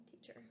teacher